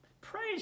Praise